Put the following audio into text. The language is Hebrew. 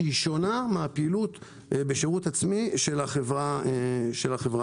שהיא שונה מן הפעילות בשירות עצמי של החברה היהודית,